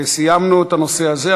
סיימנו את הנושא הזה.